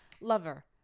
lover